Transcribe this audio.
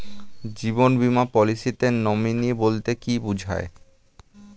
জীবন বীমা পলিসিতে নমিনি বলতে কি বুঝায়?